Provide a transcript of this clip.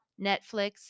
Netflix